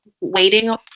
waiting